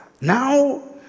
Now